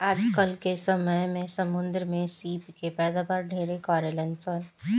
आजकल के समय में समुंद्र में सीप के पैदावार ढेरे करेलसन